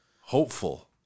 hopeful